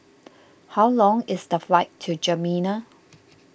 how long is the flight to N'Djamena